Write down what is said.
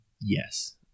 Yes